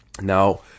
Now